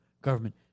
government